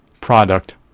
product